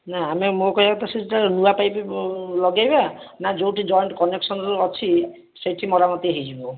ନା ଆମେ ମୋ କହିବା କଥା ସେଟା ନୂଆ ପାଇପ୍ ଲଗେଇବା ନା ଯୋଉଠି ଜଏଣ୍ଟ୍ କନେକ୍ସନ୍ ଅଛି ସେଠି ମରାମତି ହେଇଯିବ